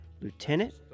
Lieutenant